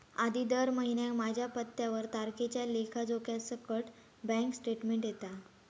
आधी दर महिन्याक माझ्या पत्त्यावर तारखेच्या लेखा जोख्यासकट बॅन्क स्टेटमेंट येता